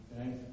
Okay